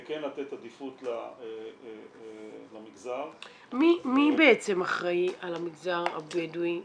וכן לתת עדיפות למגזר- - מי בעצם אחראי על המגזר הבדואי ברשות?